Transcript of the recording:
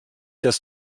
das